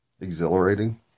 exhilarating